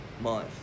month